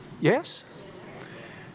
Yes